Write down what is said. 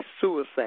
suicide